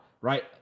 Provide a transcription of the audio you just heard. right